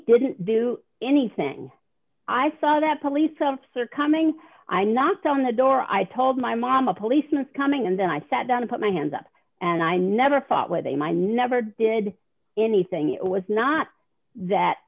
didn't do anything i saw that police officer coming i knocked on the door i told my mom a policeman is coming and then i sat down to put my hands up and i never thought where they might never did anything it was not that